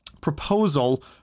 proposal